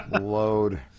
Load